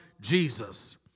Jesus